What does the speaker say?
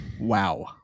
Wow